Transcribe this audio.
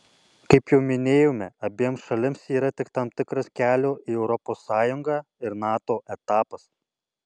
kaip jau minėjome abiem šalims ji yra tik tam tikras kelio į europos sąjungą ir nato etapas